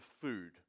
food